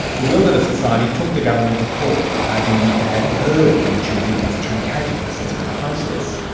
the wilderness society took the government to court, arguing it had erred in choosing this truncated assessment process.